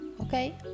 Okay